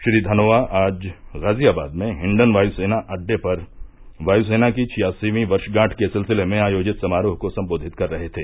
श्री धनोआ आज गाजियाबाद में हिंडन वायुसेना अड्डे पर वायुसेना की छियासीवीं वर्षगांठ के सिलसिले में आयोजित समारोह को सम्बोधित कर रहे थे